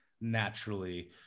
naturally